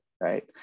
Right